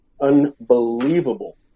unbelievable